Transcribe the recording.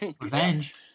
Revenge